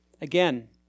Again